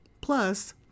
Plus